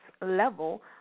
level